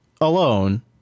alone